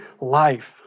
life